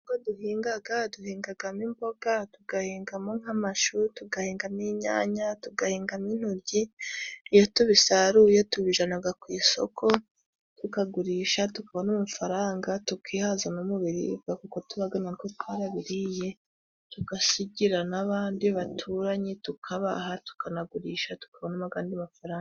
Imbuto duhingaga duhingagamo imboga, tugahingamo nk'amashu, tugahinga n'inyanya, tugahingamo intoryi. Iyo tubisaruye tubijanaga ku isoko, tukagurisha tukabona amafaranga tukihaza no mu biribwa, kuko tubaga natwe twarabiriye tugasigira n'abandi baturanyi, tukabaha tukanagurisha tukabonamo n'agabandi mafaranga.